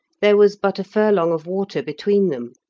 there was but a furlong of water between them.